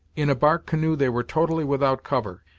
in a bark canoe they were totally without cover,